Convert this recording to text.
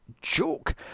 joke